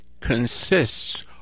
consists